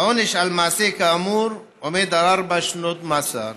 שהעונש על מעשה כאמור עומד על ארבע שנות מאסר,